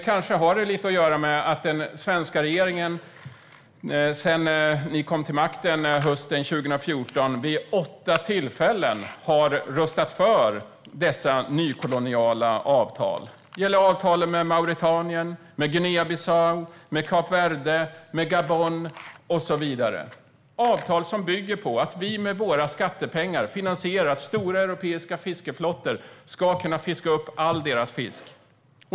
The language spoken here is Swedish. Kanske har det lite att göra med att den svenska regeringen sedan ni kom till makten hösten 2014 vid åtta tillfällen har röstat för dessa nykoloniala avtal. Det gäller avtalen med Mauretanien, Guinea-Bissau, Kap Verde, Gabon och så vidare, avtal som bygger på att vi med våra skattepengar finansierar att stora europeiska fiskeflottor ska kunna fiska upp all deras fisk.